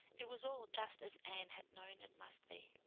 it was all just as anne had known it must be.